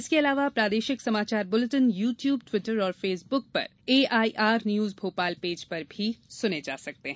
इसके अलावा प्रादेशिक समाचार बुलेटिन यू ट्यूब ट्विटर और फेसबुक पर एआईआर न्यूज भोपाल पेज पर सुने जा सकते हैं